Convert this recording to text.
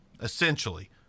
Essentially